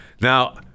now